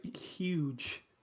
huge